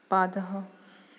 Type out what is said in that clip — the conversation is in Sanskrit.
पादः